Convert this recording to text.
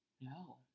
No